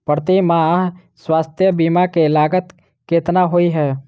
प्रति माह स्वास्थ्य बीमा केँ लागत केतना होइ है?